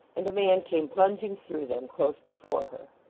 and a man came plunging through them, close before her.